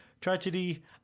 Tragedy